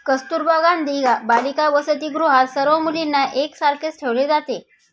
कस्तुरबा गांधी बालिका वसतिगृहात सर्व मुलींना एक सारखेच ठेवले जाते